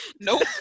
Nope